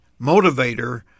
motivator